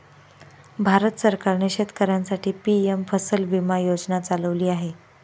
भारत सरकारने शेतकऱ्यांसाठी पी.एम फसल विमा योजना चालवली आहे